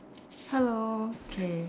hello K